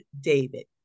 David